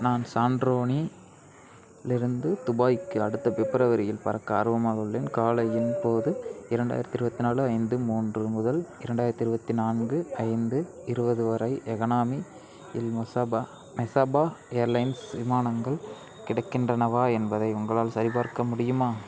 நான் சாண்ரோனி லிருந்து துபாய்க்கு அடுத்த பிப்ரவரியில் பறக்க ஆர்வமாக உள்ளேன் காலையின் போது இரண்டாயிரத்தி இருபத்தி நாலு ஐந்து மூன்று முதல் இரண்டாயிரத்தி இருபத்தி நான்கு ஐந்து இருபது வரை எகனாமி இல் மொசாபா மெசாபா ஏர்லைன்ஸ் விமானங்கள் கிடைக்கின்றனவா என்பதை உங்களால் சரிபார்க்க முடியுமா